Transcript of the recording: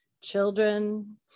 children